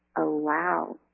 allow